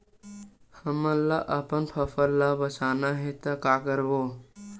हमन ला अपन फसल ला बचाना हे का करबो?